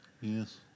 yes